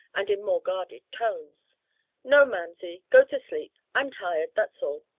and in more guarded tones no, mamsie. go to sleep. i'm tired, that's all.